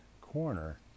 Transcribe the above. corner